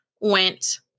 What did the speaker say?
went